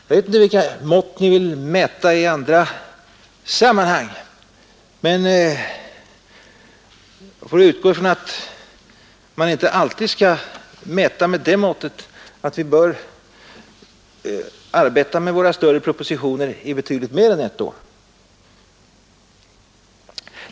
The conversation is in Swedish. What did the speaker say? Jag vet inte med vilka mått ni vill mäta i andra sammanhang, men jag utgår ifrån att man inte alltid skall mäta med det måttet att vi bör arbeta med våra större propositioner i betydligt mer än ett år.